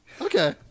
Okay